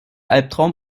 albtraum